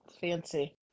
Fancy